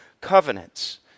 covenants